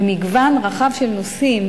במגוון רחב של נושאים,